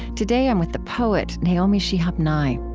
today, i'm with the poet naomi shihab nye